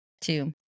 two